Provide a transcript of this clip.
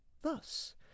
Thus